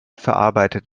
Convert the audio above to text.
verarbeitet